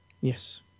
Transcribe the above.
Yes